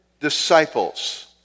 disciples